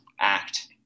act